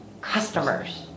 customers